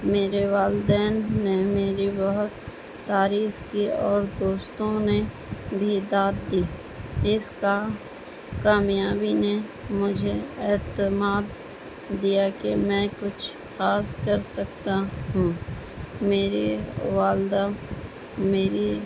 میرے والدین نے میری بہت تعریف کی اور دوستوں نے بھی داد دی اس کا کامیابی نے مجھے اعتماد دیا کہ میں کچھ خاص کر سکتا ہوں میرے والدہ میری